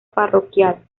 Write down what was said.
parroquial